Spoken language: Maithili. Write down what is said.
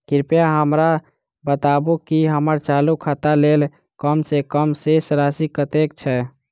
कृपया हमरा बताबू की हम्मर चालू खाता लेल कम सँ कम शेष राशि कतेक छै?